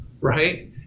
right